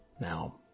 Now